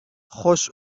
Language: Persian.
خوش